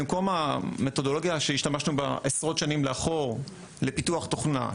במקום המתודולוגיה שהשתמשנו בה עשרות שנים לאחור לפיתוח תוכנה,